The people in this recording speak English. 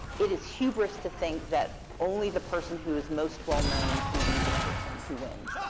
it is hubris to think that only the person who is most well-known can be the person who wins.